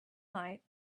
night